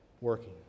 working